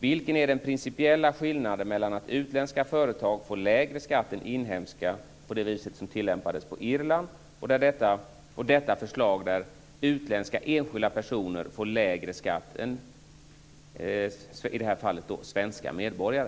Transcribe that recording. Vilken är den principiella skillnaden mellan att utländska företag får lägre skatt än inhemska på det viset som tillämpades på Irland och detta förslag där utländska enskilda personer får lägre skatt än, i det här fallet, svenska medborgare?